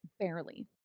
Barely